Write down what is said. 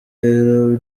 rero